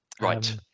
Right